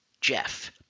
Jeff –